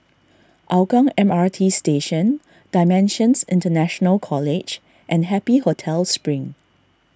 Hougang M R T Station Dimensions International College and Happy Hotel Spring